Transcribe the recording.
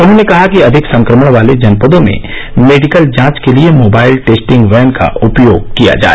उन्होंने कहा कि अधिक संक्रमण वाले जनपदों में मेडिकल जांच के लिए मोबाइल टेस्टिंग वैन का उपयोग किया जाए